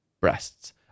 breasts